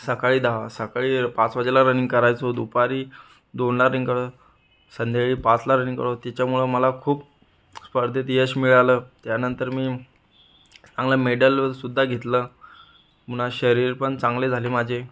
सकाळी दहा सकाळी पाच वाजता रनिंग करायचो दुपारी दोनला रिंग करा संध्याकाळी पाचला रनिंग करो त्याच्यामुळं मला खूप स्पर्धेत यश मिळालं त्यानंतर मी चांगलं मेडलसुद्धा घेतलं पुन्हा शरीर पण चांगले झाले माझे